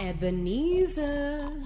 Ebenezer